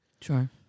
Sure